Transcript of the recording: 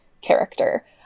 character